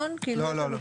לא, לא.